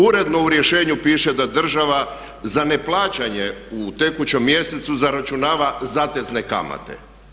Uredno u rješenju piše da država za neplaćanje u tekućem mjesecu zaračunava zatezne kamate.